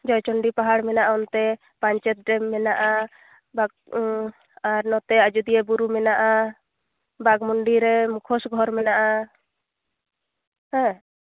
ᱡᱚᱭᱪᱚᱱᱰᱤ ᱵᱩᱨᱩ ᱢᱮᱱᱟᱜᱼᱟ ᱚᱱᱛᱮ ᱯᱟᱸᱧᱪᱮᱛ ᱰᱮᱢ ᱢᱮᱱᱟᱜᱼᱟ ᱟᱨ ᱱᱚᱛᱮ ᱟᱡᱚᱫᱤᱭᱟᱹ ᱵᱩᱨᱩ ᱢᱮᱱᱟᱜᱼᱟ ᱵᱟᱜᱷᱢᱩᱱᱰᱤ ᱨᱮ ᱢᱩᱠᱷᱚᱥ ᱜᱷᱚᱨ ᱢᱮᱱᱟᱜᱼᱟ ᱦᱮᱸ